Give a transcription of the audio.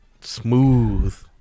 smooth